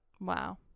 Wow